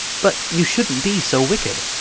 but you shouldn't be so wicked,